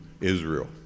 Israel